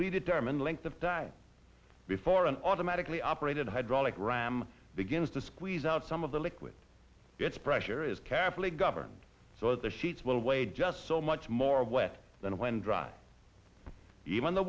pre determined length of time before an automatically operated hydraulic ram begins to squeeze out some of the liquid bits pressure is carefully governed so is the sheets well away just so much more wet than when dry even the